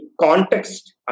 context